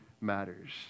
matters